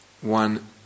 one